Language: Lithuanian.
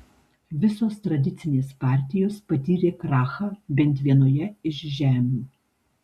visos tradicinės partijos patyrė krachą bent vienoje iš žemių